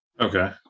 Okay